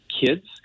kids